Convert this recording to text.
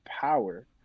power